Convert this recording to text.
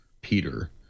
peter